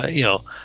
ah you know,